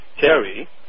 Terry